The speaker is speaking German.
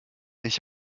ich